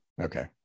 okay